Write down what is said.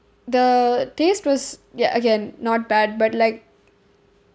the taste was ya again not bad but like